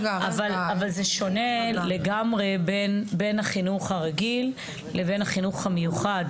אבל זה שונה לגמרי בין החינוך הרגיל לבין החינוך המיוחד.